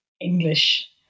English